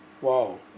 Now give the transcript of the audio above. Wow